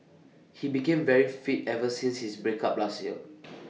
he became very fit ever since his break up last year